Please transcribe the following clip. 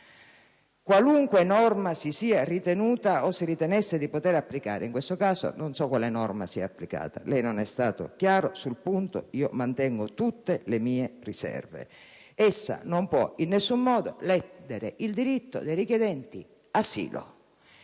qualunque norma si sia ritenuto o si ritenesse di poter applicare (in questo caso non so quale norma si è applicata; lei non è stato chiaro sul punto ed io mantengo tutte le mie riserve), essa non può in alcun modo ledere il diritto dei richiedenti asilo.